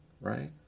Right